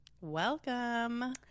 Welcome